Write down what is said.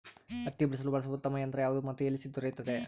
ಹತ್ತಿ ಬಿಡಿಸಲು ಬಳಸುವ ಉತ್ತಮ ಯಂತ್ರ ಯಾವುದು ಮತ್ತು ಎಲ್ಲಿ ದೊರೆಯುತ್ತದೆ?